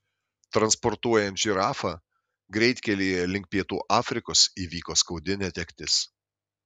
transportuojant žirafą greitkelyje link pietų afrikos įvyko skaudi netektis